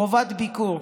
חובת ביקור,